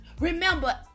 Remember